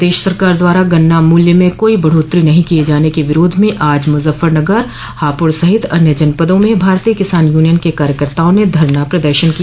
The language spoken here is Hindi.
प्रदेश सरकार द्वारा गन्ना मूल्य में कोई बढ़ोत्तरी नहीं किये जाने के विरोध में आज मुजफ्फरनगर हापुड़ सहित अन्य जनपदों में भारतीय किसान यूनियन के कार्यकर्ताओं ने धरना प्रदर्शन किया